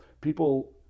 people